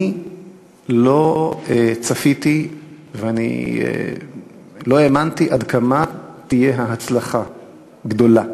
אני לא צפיתי ואני לא האמנתי עד כמה תהיה ההצלחה גדולה.